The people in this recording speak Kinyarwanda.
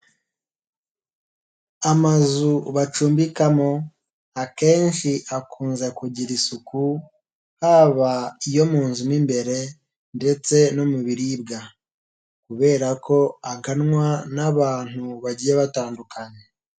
Amazu bacumbikamo akenshi akunze kugira isuku, haba iyo mu nzu mo imbere ndetse no mu biribwa kubera ko aganwa n'abantu bagiye batandukanye.